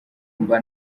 mba